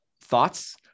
thoughts